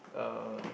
uh